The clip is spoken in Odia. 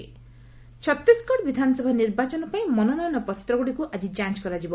ଛତିଶଗଡ଼ ଛତିଶଗଡ଼ ବିଧାନସଭା ନିର୍ବାଚନ ପାଇଁ ମନୋନୟନପତ୍ରଗୁଡ଼ିକୁ ଆଜି ଯାଞ୍ଚ କରାଯିବ